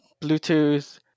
Bluetooth